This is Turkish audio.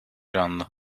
canlı